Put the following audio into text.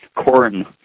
corn